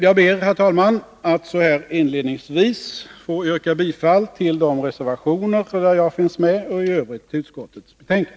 Jag ber, herr talman, att så här inledningsvis få yrka bifall till de reservationer där jag finns med och i övrigt till vad utskottet anfört.